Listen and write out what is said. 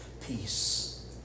peace